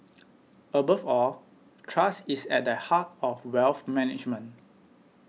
above all trust is at the heart of wealth management